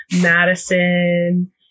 Madison